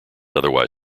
otherwise